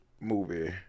movie